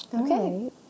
Okay